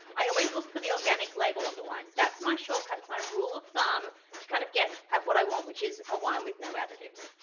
i always look for the organic label on the wine. that's my shortcut. it's rule of thumb to kind of get at what i want, which is a wine with no additives.